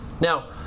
Now